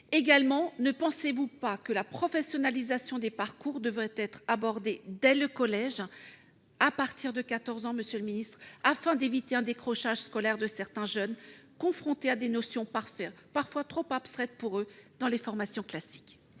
Deuxièmement, ne pensez-vous pas que la professionnalisation des parcours devrait être abordée dès le collège, à partir de 14 ans, afin d'éviter le décrochage scolaire de certains jeunes, qui sont confrontés à des notions parfois trop abstraites dans les formations classiques ?